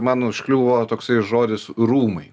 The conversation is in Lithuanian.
man užkliuvo toksai žodis rūmai